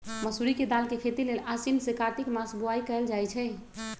मसूरी के दाल के खेती लेल आसीन से कार्तिक मास में बोआई कएल जाइ छइ